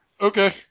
Okay